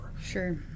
Sure